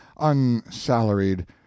unsalaried